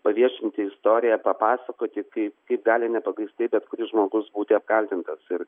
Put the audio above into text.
paviešinti istoriją papasakoti kaip kaip gali nepagrįstai bet kuris žmogus būti apkaltintas ir